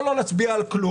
או לא להצביע על כלום.